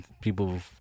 people